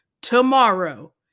tomorrow